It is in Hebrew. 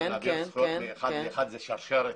להעביר זכויות מאחד לאחר כי זאת שרשרת